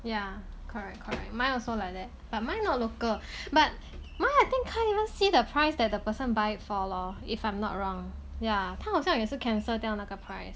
ya correct correct mine also like that but mine not local but mine I think can't even see the price that the person buy it for lor if I'm not wrong yeah 他好像也是 cancel 那个 price